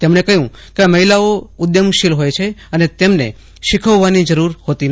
તેમણે કહ્યું કેમહિલાઓ ઉઘમશીલ હોય છેઅને તેમને શીખવવાની જરૂર હોતી નથી